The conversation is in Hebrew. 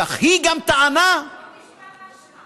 כך: היא גם טענה, בוא נשמע מה שמה,